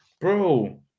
Bro